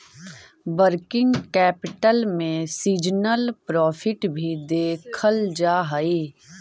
working capital में seasonal profit भी देखल जा हई